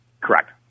Correct